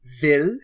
Ville